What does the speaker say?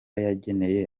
yageneye